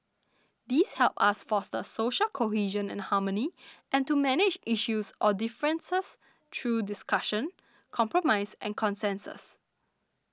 these help us foster social cohesion and harmony and to manage issues or differences through discussion compromise and consensus